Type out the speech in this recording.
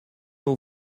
aux